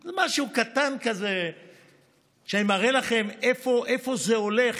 זה משהו קטן כזה שאני מראה לכם לאיפה זה הולך.